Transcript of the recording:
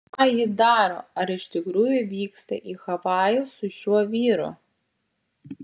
ką ji daro ar iš tikrųjų vyksta į havajus su šiuo vyru